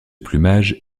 plumage